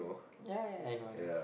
ya ya I know I know